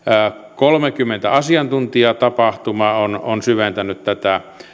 kolmekymmentä asiantuntijatapahtumaa on on syventänyt tätä